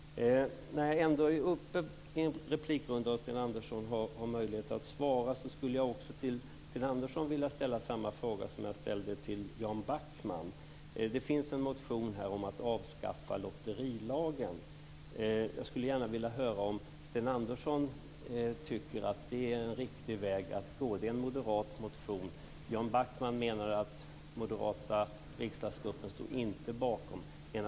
När nu Sten Andersson har möjlighet att svara i nästa replik vill jag ställa samma fråga till honom som jag ställde till Jan Backman. Det finns en moderat motion om att man ska avskaffa lotterilagen. Jag skulle gärna vilja höra om Sten Andersson tycker att det är en riktig väg att gå. Jan Backman sade att den moderata riksdagsgruppen inte stod bakom motionen.